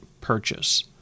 Purchase